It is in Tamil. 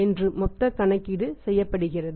என்று மொத்த கணக்கீடு செய்யப்படுகிறது